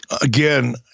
again